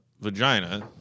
vagina